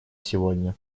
сегодня